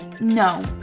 No